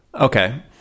okay